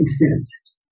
exist